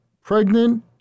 pregnant